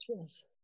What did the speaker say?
Cheers